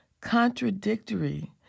contradictory